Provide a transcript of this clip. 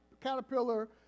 caterpillar